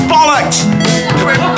Bollocks